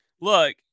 look